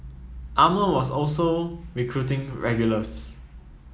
Armour was also recruiting regulars